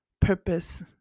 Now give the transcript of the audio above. purpose